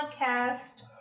podcast